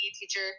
teacher